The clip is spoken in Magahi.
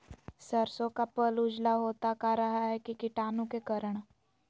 सरसो का पल उजला होता का रहा है की कीटाणु के करण?